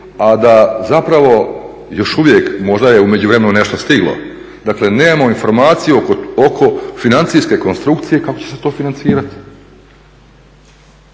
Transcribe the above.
a da zapravo još uvijek, možda je u međuvremenu nešto stiglo, dakle nemamo informaciju oko financijske konstrukcije kako će se to financirati.